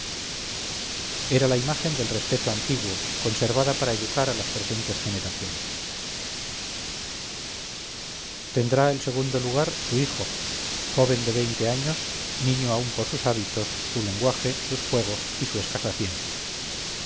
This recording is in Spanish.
era la imagen del respeto antiguo conservada para educar a las presentes generaciones tendrá el segundo lugar su hijo joven de veinte años niño aún por sus hábitos su lenguaje sus juegos y su escasa ciencia